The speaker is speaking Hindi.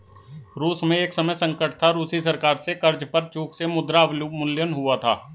रूस में एक समय संकट था, रूसी सरकार से कर्ज पर चूक से मुद्रा अवमूल्यन हुआ था